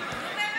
הוא צוחק.